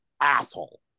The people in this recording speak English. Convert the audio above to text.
asshole